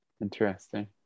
Interesting